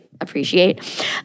appreciate